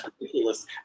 ridiculous